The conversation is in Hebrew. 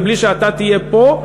בלי שאתה תהיה פה,